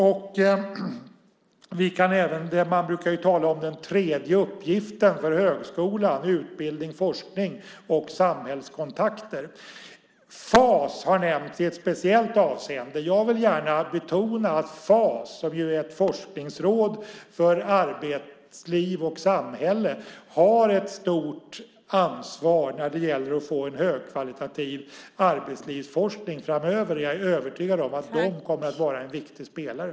Man brukar tala om den tredje uppgiften för högskolan, utbildning, forskning och samhällskontakter. Fas har nämnts i ett speciellt avseende. Jag vill gärna betona att Fas, som är ett forskningsråd för arbetsliv och samhälle, har ett stort ansvar när det gäller att få en högkvalitativ arbetslivsforskning framöver. Jag är övertygad om att de kommer att vara en viktig spelare.